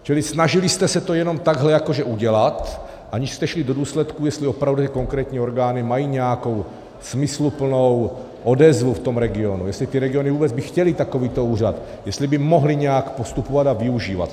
Čili snažili jste se to jenom takhle jakože udělat, aniž jste šli do důsledků, jestli opravu konkrétní orgány mají nějakou smysluplnou odezvu v tom regionu, jestli ty regiony vůbec by chtěly takovýto úřad, jestli by mohly nějak postupovat a využívat ten úřad.